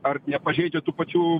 ar nepažeidžia tų pačių